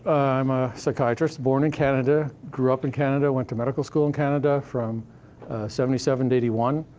i'm a psychiatrist, born in canada, grew up in canada, went to medical school in canada from seventy seven to eighty one.